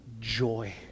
joy